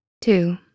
Two